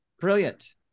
Brilliant